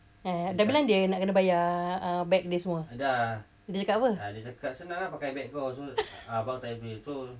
eh dah bilang dia nak kena bayar uh bag dia semua dia cakap apa